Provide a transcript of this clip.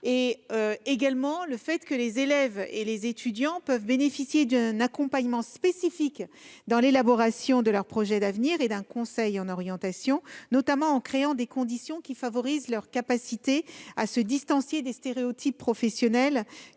éducative de l'école. Les élèves et les étudiants peuvent également bénéficier d'un accompagnement spécifique dans l'élaboration de leur projet d'avenir et d'un conseil en orientation, notamment en créant les conditions qui favorisent leur capacité à se distancier des stéréotypes professionnels,